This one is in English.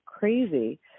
crazy